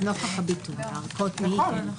נכון.